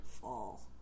Fall